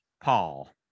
Paul